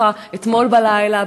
אתמול בלילה,